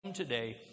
today